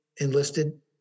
enlisted